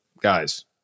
guys